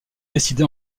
décidé